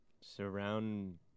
surround